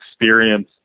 experience